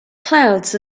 clouds